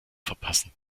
verpassen